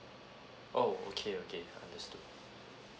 oh okay okay understood